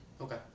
Okay